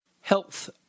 health